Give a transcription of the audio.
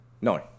No